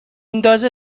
ندازه